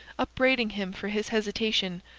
upbraiding him for his hesitation,